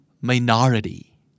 minority